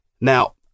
now